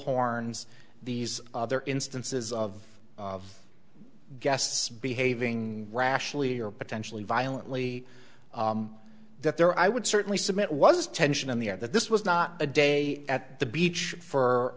bullhorns these other instances of guests behaving rationally or potentially violently that there i would certainly submit was tension in the air that this was not a day at the beach for